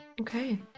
Okay